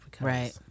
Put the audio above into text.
Right